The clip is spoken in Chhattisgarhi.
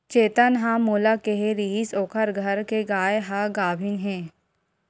चेतन ह मोला केहे रिहिस ओखर घर के गाय ह गाभिन हे